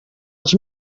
els